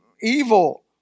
evil